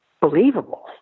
believable